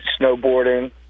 snowboarding